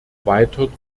weiter